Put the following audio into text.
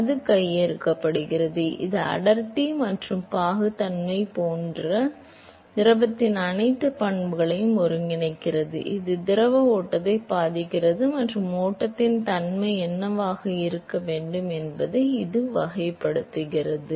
எனவே அது கைப்பற்றுகிறது இது அடர்த்தி மற்றும் பாகுத்தன்மை போன்ற திரவத்தின் அனைத்து பண்புகளையும் ஒருங்கிணைக்கிறது இது திரவ ஓட்டத்தை பாதிக்கிறது மற்றும் ஓட்டத்தின் தன்மை என்னவாக இருக்க வேண்டும் என்பதை இது வகைப்படுத்துகிறது